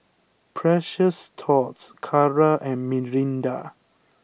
Precious Thots Kara and Mirinda